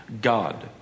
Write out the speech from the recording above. God